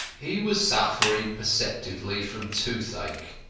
he was suffering perceptibly from toothache,